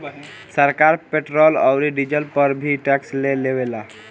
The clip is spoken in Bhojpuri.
सरकार पेट्रोल औरी डीजल पर भी टैक्स ले लेवेला